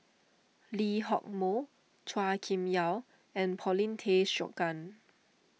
Lee Hock Moh Chua Kim Yeow and Paulin Tay Straughan